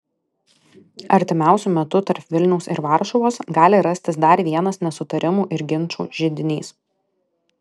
artimiausiu metu tarp vilniaus ir varšuvos gali rastis dar vienas nesutarimų ir ginčų židinys